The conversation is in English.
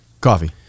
Coffee